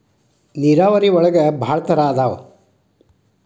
ನೇರಾವರಿ ಒಳಗ ಭಾಳ ತರಾ ಅದಾವ